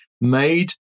made